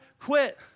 quit